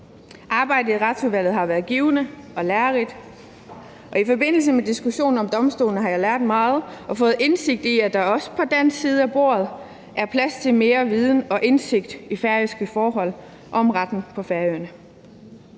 Arbejdet i Retsudvalget har været givende og lærerigt, og i forbindelse med diskussionen om domstolene har jeg lært meget og fået indsigt i, at der også fra dansk side af bordet er plads til mere viden og indsigt i færøske forhold og om retten på Færøerne.